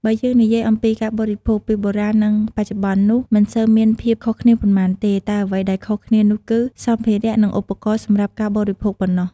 បើយើងនិយាយអំពីការបរិភោគ ពីបុរាណនឹងបច្ចុប្បន្ននោះមិនសូវមានភាពខុសគ្នាប៉ុន្មានទេ តែអ្វីដែលខុសគ្នានោះគឺ សម្ភារៈនិងឧបករណ៍សម្រាប់ការបរិភោគប៉ុណ្ណោះ។